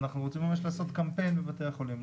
אנחנו רוצים ממש לעשות קמפיין בבתי החולים,